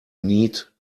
neat